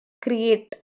Create